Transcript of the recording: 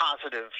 positive